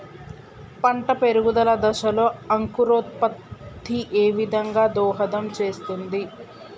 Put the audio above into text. పంట పెరుగుదల దశలో అంకురోత్ఫత్తి ఏ విధంగా దోహదం చేస్తుంది?